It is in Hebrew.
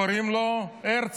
קוראים לו הרצל.